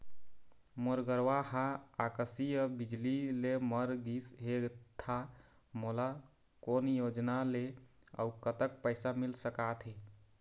मोर गरवा हा आकसीय बिजली ले मर गिस हे था मोला कोन योजना ले अऊ कतक पैसा मिल सका थे?